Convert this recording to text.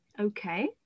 Okay